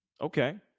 Okay